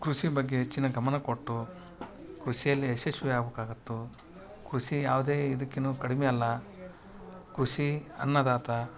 ಕೃಷಿ ಬಗ್ಗೆ ಹೆಚ್ಚಿನ ಗಮನ ಕೊಟ್ಟು ಕೃಷ್ಯಲ್ಲಿ ಯಶಸ್ವಿ ಆಗಬೇಕಾಗತ್ತು ಕೃಷಿ ಯಾವುದೇ ಇದಕ್ಕಿನು ಕಡಿಮೆ ಅಲ್ಲ ಕೃಷಿ ಅನ್ನದಾತ